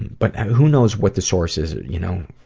but, who knows what the source is, you know?